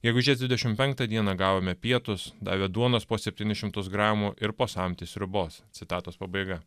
gegužės dvidešimt penktą dieną gavome pietus davė duonos po septynis šimtus gramų ir po samtį sriubos citatos pabaiga